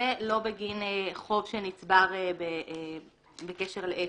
ולא בגין חוב שנצבר בקשר לעסק,